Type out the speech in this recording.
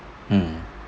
mm